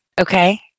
okay